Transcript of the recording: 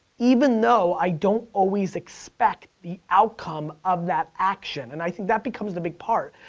even though i don't always expect the outcome of that action. and i think that becomes the big part.